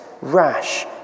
rash